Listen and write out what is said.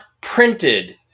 printed